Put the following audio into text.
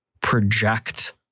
project